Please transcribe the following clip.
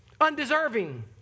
undeserving